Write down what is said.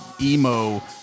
emo